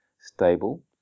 stable